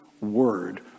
word